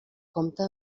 compta